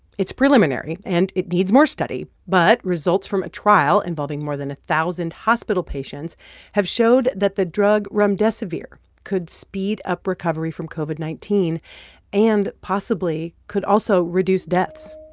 it's preliminary, and it needs more study. but results from a trial involving more than a thousand hospital patients have showed that the drug remdesivir could speed up recovery from covid nineteen and possibly could also reduce deaths.